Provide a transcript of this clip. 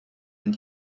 und